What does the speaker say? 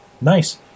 nice